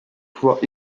pouvoirs